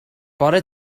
bore